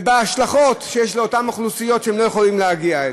ובהשלכות שיש לה על אותן אוכלוסיות שלא יכולות להגיע,